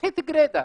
אזרחית גרידא,